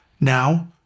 Now